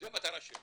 זה המטרה שלי,